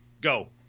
Go